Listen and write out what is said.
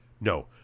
No